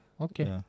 Okay